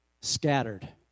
scattered